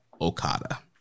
Okada